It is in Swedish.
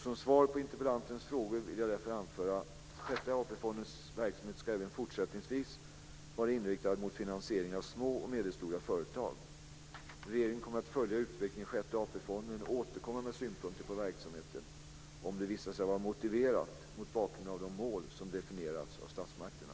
Som svar på interpellantens frågor vill jag därför anföra: Sjätte AP-fondens verksamhet ska även fortsättningsvis vara inriktad mot finansiering av små och medelstora företag. Regeringen kommer att följa utvecklingen i Sjätte AP-fonden och återkomma med synpunkter på verksamheten om det visar sig vara motiverat mot bakgrund av de mål som definierats av statsmakterna.